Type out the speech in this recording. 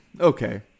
okay